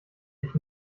dich